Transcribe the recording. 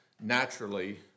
naturally